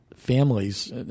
families